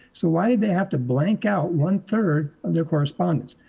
so why did they have to blank out one third of their correspondence?